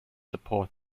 support